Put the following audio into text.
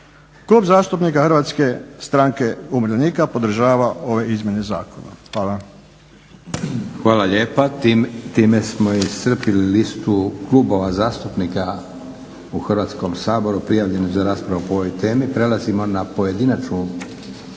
Klub zastupnika Hrvatske stranke umirovljenika podržava ove izmjene zakona. Hvala. **Leko, Josip (SDP)** Hvala lijepa. Time smo iscrpili listu klubova zastupnika u Hrvatskom saboru prijavljenih za raspravu o ovoj temi. Prelazimo na pojedinačnu